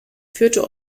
führte